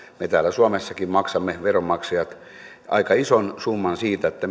me veronmaksajat täällä suomessakin maksamme aika ison summan siitä että